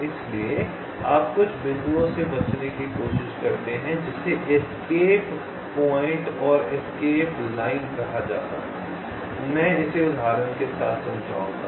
इसलिए आप कुछ बिंदुओं से बचने की कोशिश करते हैं जिसे एस्केप पॉइंट और एस्केप लाइन कहा जाता है और मैं इसे उदाहरण के साथ समझाऊंगा